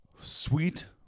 Sweet